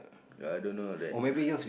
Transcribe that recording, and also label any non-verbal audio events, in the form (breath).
ya I don't know of that (breath)